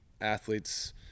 athletes